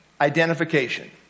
identification